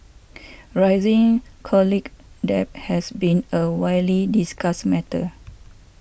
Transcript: rising college debt has been a widely discussed matter